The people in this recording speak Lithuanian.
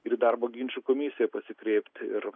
ir į darbo ginčų komisiją pasikreipti ir